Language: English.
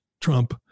Trump